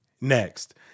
Next